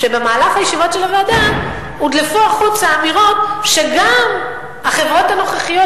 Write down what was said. במהלך הישיבות של הוועדה הודלפו החוצה אמירות שגם החברות הנוכחיות,